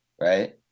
right